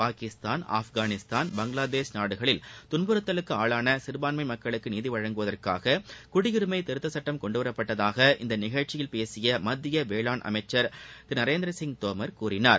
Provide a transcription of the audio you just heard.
பாகிஸ்தான் ஆப்கானிஸ்தான் பங்ளாதேஷ் நாடுகளில் துன்புறுத்தலுக்கு ஆளான சிறபான்மை மக்களுக்கு நீதி வழங்குவதற்காக குடியுரிமை திருத்தச் சுட்டம் கொண்டுவரப்பட்டதாக இந்ந நிகழ்ச்சியில் பேசிய மத்திய வேளாண் அமைச்சர் திரு நரேந்திரசிங் தோமர் கூறினார்